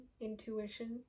intuition